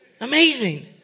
Amazing